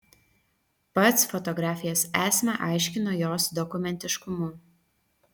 pats fotografijos esmę aiškino jos dokumentiškumu